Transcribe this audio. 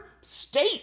state